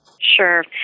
Sure